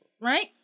right